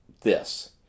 this